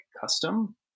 custom